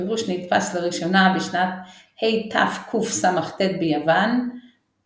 הפירוש נדפס לראשונה בשנת התקס"ט בווין,